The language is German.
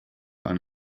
ein